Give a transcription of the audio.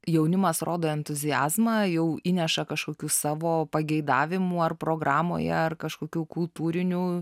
jaunimas rodo entuziazmą jau įneša kažkokių savo pageidavimų ar programoje ar kažkokių kultūrinių